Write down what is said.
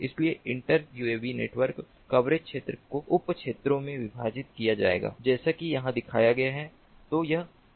इसलिए inter UAV network coverage क्षेत्र को उप क्षेत्रों में विभाजित किया जाएगा जैसा कि यहां दिखाया गया है